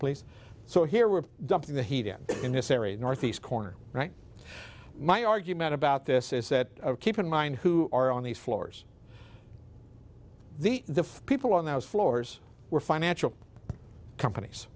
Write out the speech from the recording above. please so here we're dumping the heat in in this area northeast corner right my argument about this is that keep in mind who are on these floors the people on those floors were financial companies